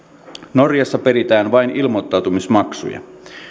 norjassa peritään vain ilmoittautumismaksuja